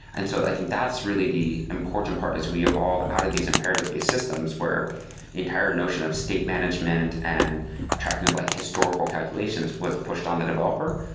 and so i think that's really the important part as we evolve out of these imperative-based systems where entire notion of state management and tracking of like historical calculations was pushed on the developer.